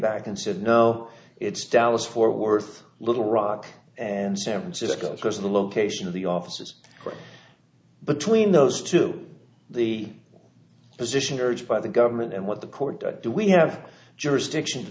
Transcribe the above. back and said now it's dallas fort worth little rock and san francisco because of the location of the offices for between those two the position urged by the government and what the court does do we have jurisdiction to